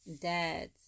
dad's